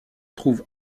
trouve